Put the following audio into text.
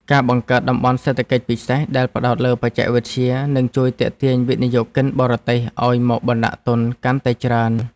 ការបង្កើតតំបន់សេដ្ឋកិច្ចពិសេសដែលផ្តោតលើបច្ចេកវិទ្យានឹងជួយទាក់ទាញវិនិយោគិនបរទេសឱ្យមកបណ្តាក់ទុនកាន់តែច្រើន។